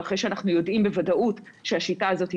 ואחרי שאנחנו יודעים בוודאות שהשיטה הזאת היא